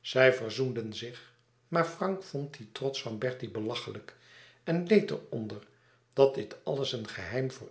zij verzoenden zich maar frank vond dien trots van bertie belachelijk en leed er onder dat dit alles een geheim voor